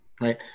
Right